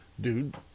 Dude